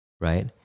right